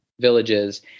villages